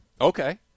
Okay